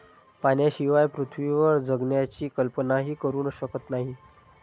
पाण्याशिवाय पृथ्वीवर जगण्याची कल्पनाही करू शकत नाही